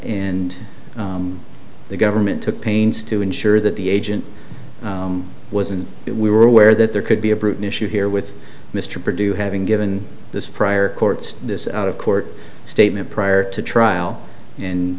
and the government took pains to ensure that the agent was and we were aware that there could be a brute issue here with mr produce having given this prior courts this out of court statement prior to trial and